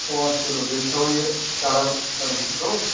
پانٛژھ کلوٗ بیٚیہِ چھُ تھاوُن یہِ چَرٕب سَر زٕ کلوٗ